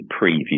preview